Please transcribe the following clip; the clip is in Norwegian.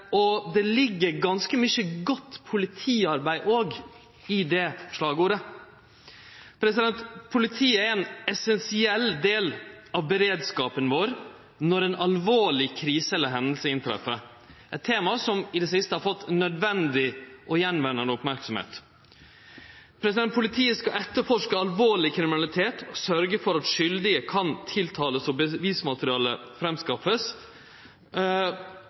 sitt. Det ligg ganske mykje godt politiarbeid i det slagordet. Politiet er ein essensiell del av beredskapen vår når det skjer ei alvorleg krise eller hending. Det er eit tema som i det siste har fått nødvendig og tilbakevendande merksemd. Politiet skal etterforske alvorleg kriminalitet og sørgje for at skuldige kan verte tiltala og